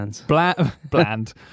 Bland